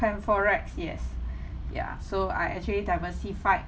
pan forex yes ya so I actually diversified